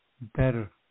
better